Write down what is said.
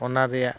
ᱚᱱᱟ ᱨᱮᱭᱟᱜ